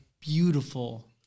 beautiful